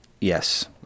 yes